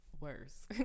worse